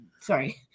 Sorry